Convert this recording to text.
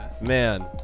Man